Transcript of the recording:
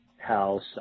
house